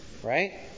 Right